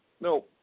No